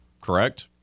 Correct